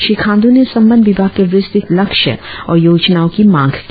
श्री खांडू ने संबंद्ध विभाग के विस्तृत लक्ष्य और योजनाओ की मांग की